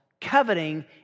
coveting